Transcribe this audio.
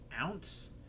ounce